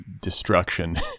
destruction